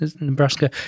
Nebraska